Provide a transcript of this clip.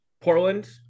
Portland